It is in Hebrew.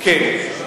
כן.